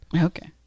Okay